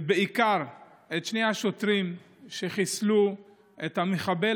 ובעיקר את שני השוטרים שחיסלו את המחבל